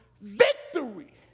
victory